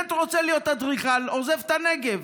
סטודנט רוצה להיות אדריכל, עוזב את הנגב.